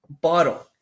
bottle